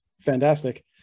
fantastic